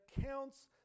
counts